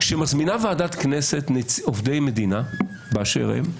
כשמזמינה ועדת כנסת עובדי מדינה באשר הם,